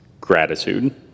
gratitude